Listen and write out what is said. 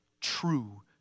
true